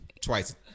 twice